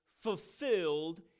fulfilled